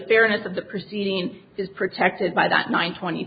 fairness of the proceedings is protected by that nine twenty